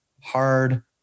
hard